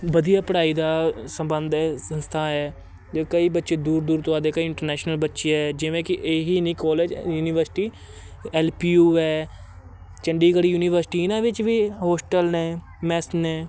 ਵਧੀਆ ਪੜ੍ਹਾਈ ਦਾ ਸੰਬੰਧ ਹੈ ਸੰਸਥਾ ਹੈ ਜੇ ਕਈ ਬੱਚੇ ਦੂਰ ਦੂਰ ਤੋਂ ਆਉਂਦੇ ਕਈ ਇੰਟਰਨੈਸ਼ਨਲ ਬੱਚੇ ਹੈ ਜਿਵੇਂ ਕਿ ਇਹੀ ਨਹੀਂ college university L P U ਹੈ ਚੰਡੀਗੜ੍ਹ ਯੂਨੀਵਰਸਿਟੀ ਇਹਨਾਂ ਵਿੱਚ ਵੀ ਹੋਸਟਲ ਨੇ ਮੈਸ ਨੇ